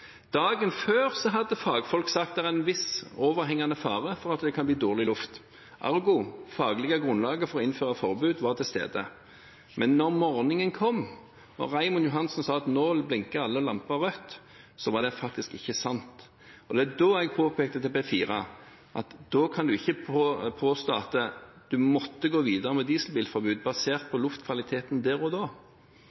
Dagen før hadde fagfolk sagt at det var en viss overhengende fare for at det kunne bli dårlig luft. Ergo var det faglige grunnlaget for å innføre forbud til stede. Men da morgenen kom, og Raymond Johansen sa at nå blinker alle lamper rødt, var det faktisk ikke sant. Det var da jeg påpekte overfor P4 at da kan en ikke påstå at en måtte gå videre med dieselbilforbud basert